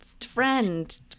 friend